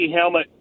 helmet